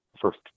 first